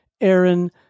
Aaron